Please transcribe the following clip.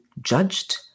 judged